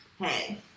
hey